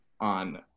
on